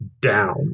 down